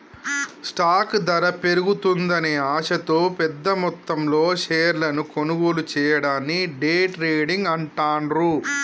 stock ధర పెరుగుతుందనే ఆశతో పెద్దమొత్తంలో షేర్లను కొనుగోలు చెయ్యడాన్ని డే ట్రేడింగ్ అంటాండ్రు